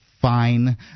fine